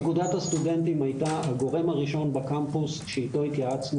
אגודת הסטודנטים הייתה הגורם הראשון בקמפוס שאיתו התייעצנו